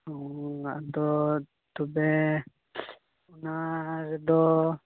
ᱟᱫᱚ ᱛᱚᱵᱮ ᱚᱱᱟᱻ ᱨᱮᱫᱚ